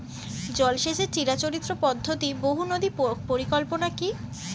জল সেচের চিরাচরিত পদ্ধতি বহু নদী পরিকল্পনা কি?